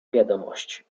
wiadomość